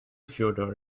fyodor